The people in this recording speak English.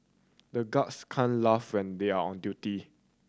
the guards can laugh and they are on duty